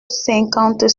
cinquante